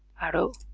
arrow